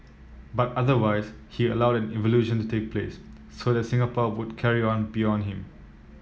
but otherwise he allowed an evolution to take place so that Singapore would carry on beyond him